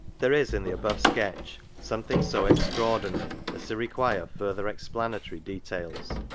there is in the above sketch something so extraordinary as to require further explanatory details.